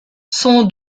son